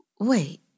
Wait